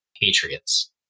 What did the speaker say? patriots